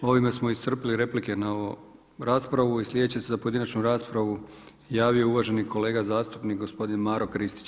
Ovime smo iscrpili replike na ovu raspravu i sljedeći se za pojedinačnu raspravu javio uvaženi kolega zastupnik Maro Kristić.